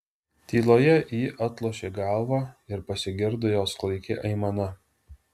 tyloje ji atlošė galvą ir pasigirdo jos klaiki aimana